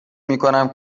میکنم